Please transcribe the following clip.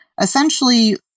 essentially